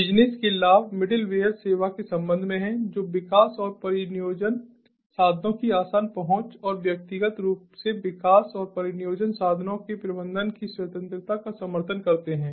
business के लाभ middleware सेवा के संबंध में हैं जो विकास और परिनियोजन साधनों की आसान पहुंच और व्यक्तिगत रूप से विकास और परिनियोजन साधनों के प्रबंधन की स्वतंत्रता का समर्थन करते हैं